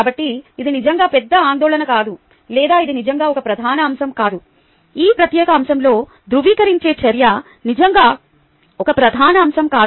కాబట్టి ఇది నిజంగా పెద్ద ఆందోళన కాదు లేదా అది నిజంగా ఒక ప్రధాన అంశం కాదు ఈ ప్రత్యేక అంశంలో ధృవీకరించే చర్య నిజంగా ఒక ప్రధాన అంశం కాదు